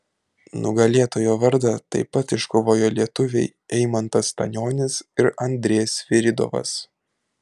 nugalėtojo vardą taip pat iškovojo lietuviai eimantas stanionis ir andrė sviridovas